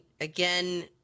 again